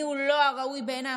מיהו הלא-ראוי בעיניי,